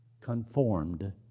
conformed